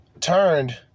turned